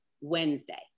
Wednesday